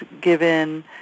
given